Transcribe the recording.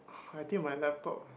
I think my laptop